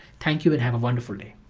thank you and have a wonderful day.